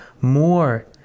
more